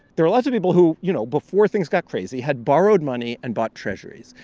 there are lots of people who, you know, before things got crazy, had borrowed money and bought treasurys.